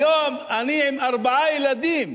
היום אני עם ארבעה ילדים,